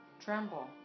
tremble